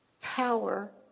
power